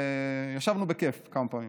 ישבנו בכיף כמה פעמים,